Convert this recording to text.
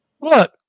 Look